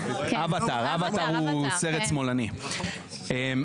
"אווטאר", "אווטאר" הוא סרט שמאלני, כן.